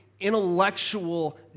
intellectual